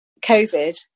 COVID